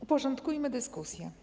Uporządkujmy dyskusję.